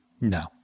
No